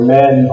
men